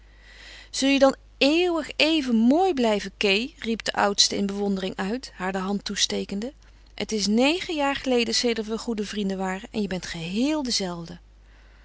vergrootte zulje dan eeuwig even mooi blijven kee riep de oudste in bewondering uit haar de hand toestekende het is negen jaar geleden sedert we goede vrinden waren en je bent geheel dezelfde